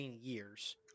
years